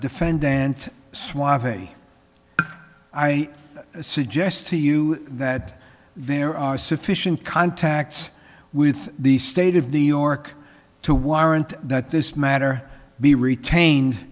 defendant and suavity i suggest to you that there are sufficient contacts with the state of new york to warrant that this matter be retained